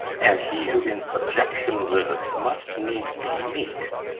and he who in subjection lives must needs be meek.